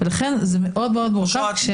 ולכן זה מאוד מאוד מורכב.